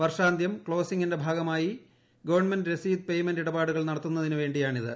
വർഷാന്ത്യം ക്സോസിംഗിന്റെ ഭാഗമായി ഗവൺമെന്റ് രസീത് പേമെന്റ് ഇടപാടുകൾ നടത്തുന്നതിനുവേ ിയാണിത്